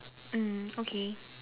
mm okay